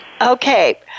Okay